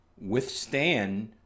withstand